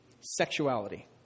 Sexuality